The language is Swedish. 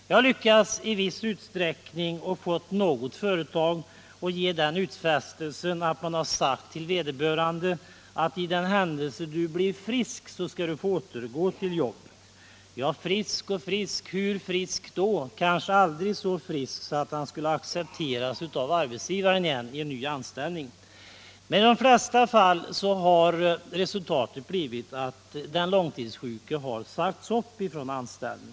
Jag har lyckats i viss utsträckning och förmått något enstaka företag att göra den utfästelsen till vederbörande att man sagt: För den händelse du blir frisk skall du få återgå till jobbet. Frisk och frisk — hur frisk? Kanske aldrig så frisk att han skulle ac — Nr 33 cepteras av arbetsgivaren för en ny anställning. Onsdagen den I de flesta fall har resultatet av mina förhandlingar med olika företag 23 november 1977 blivit att den långtidssjuke har sagts upp från anställningen.